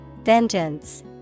Vengeance